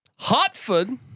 Hotford